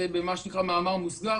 זה במאמר מוסגר.